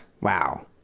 Wow